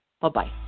Bye-bye